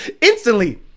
instantly